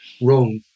wrong